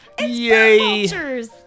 yay